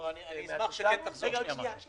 --- אני אשמח שתחזור --- שנייה, שנייה.